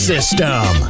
System